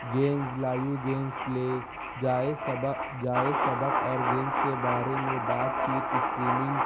games live games play جائے سبا جائے سبق اور گیمز کے بارے میں بات چیت اسٹریمنگ